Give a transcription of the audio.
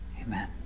Amen